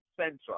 central